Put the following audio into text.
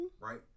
Right